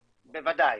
בוודאי,